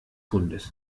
hundes